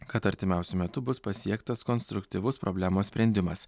kad artimiausiu metu bus pasiektas konstruktyvus problemos sprendimas